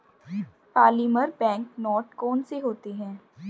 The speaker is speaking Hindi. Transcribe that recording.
पॉलीमर बैंक नोट कौन से होते हैं